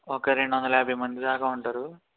ఒక రెండొందల యాబై మందిదాకా ఉంటారు